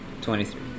Twenty-three